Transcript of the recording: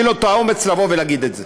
שיהיה לו את האומץ לבוא ולהגיד את זה.